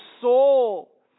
soul